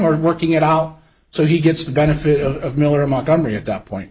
or working it out so he gets the benefit of miller montgomery at that point